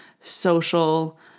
social